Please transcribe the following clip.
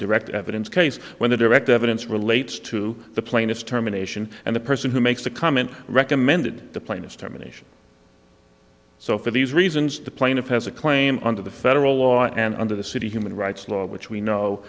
direct evidence case when the direct evidence relates to the plaintiff's terminations and the person who makes the comment recommended the plaintiffs terminations so for these reasons the plaintiff has a claim under the federal law and under the city human rights law which we know